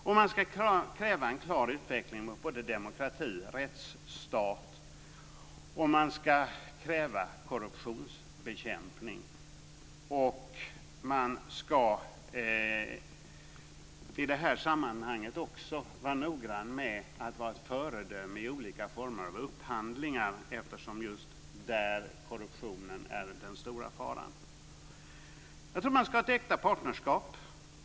Vi ska också kräva en klar utveckling mot både demokrati och rättsstat, och vi ska kräva korruptionsbekämpning. I det här sammanhanget ska vi också vara noggranna med att vara ett föredöme i olika former av upphandlingar, eftersom det är just där korruptionen är den stora faran. Jag tror att man ska ha ett äkta partnerskap.